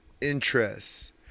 interests